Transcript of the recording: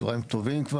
צהריים טובים.